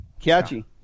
catchy